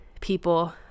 people